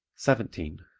seventeen.